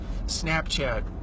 Snapchat